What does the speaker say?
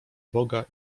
boga